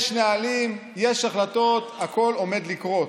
יש נהלים, יש החלטות, הכול עומד לקרות,